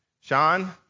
Sean